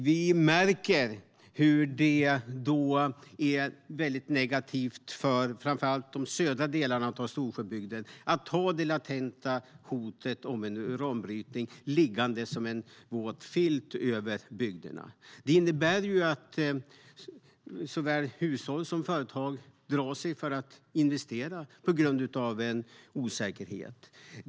Vi märker hur det är negativt för framför allt de södra delarna av Storsjöbygden att ha det latenta hotet om en uranbrytning liggande som en våt filt över bygderna. Det innebär att såväl hushåll som företag drar sig för att investera på grund av en osäkerhet.